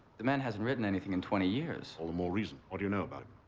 the man hasn't written anything in twenty years. all the more reason. what do you know about him?